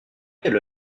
quelle